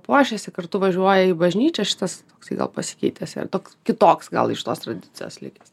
puošiasi kartu važiuoja į bažnyčią šitas staiga pasikeitęs yra toks kitoks gal iš tos tradicijos likęs